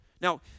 Now